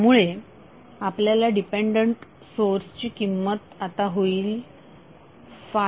त्यामुळे आपल्या डिपेंडंट सोर्सची किंमत आता होईल 5i0